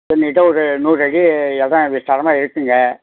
நீட்டாக ஒரு நூறடி இடம் இருக்குது